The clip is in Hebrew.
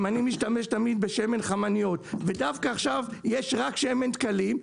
אם אני משתמש תמיד בשמן חמניות ודווקא עכשיו יש רק שמן דקלים,